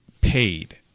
paid